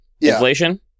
inflation